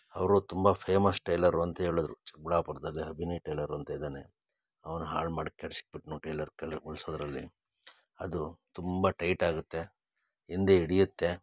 ಅವರು ತುಂಬ famous tailor ಅಂತ ಹೇಳುದ್ರು ಚಿಕ್ಕಬಳ್ಳಾಪುರ್ದಲ್ಲಿ ಅಭಿನಯ್ ಟೈಲರು ಅಂತ ಇದ್ದಾನೆ ಅವನು ಹಾಳು ಮಾಡಿ ಕೆಡ್ಸಿ ಬಿಟ್ಟು ಅದು ತುಂಬ ಟೈಟಾಗುತ್ತೆ ಹಿಂದೆ ಹಿಡಿಯುತ್ತೆ